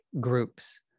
groups